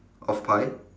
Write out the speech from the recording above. of pie